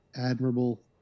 admirable